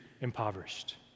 impoverished